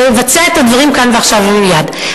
שיבצע את הדברים כאן ועכשיו ומייד.